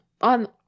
On